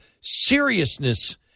seriousness